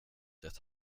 det